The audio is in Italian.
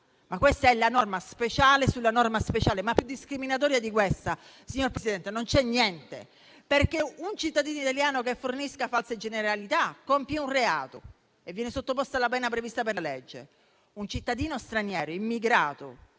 Questa è la norma speciale sulla norma speciale. Più discriminatorio di questo, signor Presidente, non c'è niente. Un cittadino italiano che fornisca infatti false generalità compie un reato e viene sottoposto alla pena prevista dalla legge; un cittadino straniero, immigrato